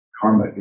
Karma